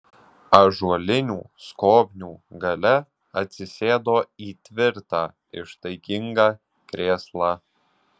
ąžuolinių skobnių gale atsisėdo į tvirtą ištaigingą krėslą